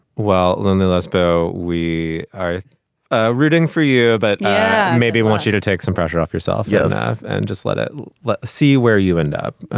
well, let and lesbo we are rooting for you but maybe want you to take some pressure off yourself. yeah. yeah and just let it see where you end up.